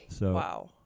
Wow